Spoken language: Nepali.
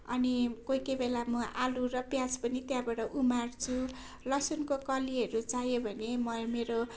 कोही कोही बेला म आलु र प्याज पनि त्यहाँबाट उमार्छु लसुनको कलीहरू चाहियो भने म मेरो